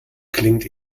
klingt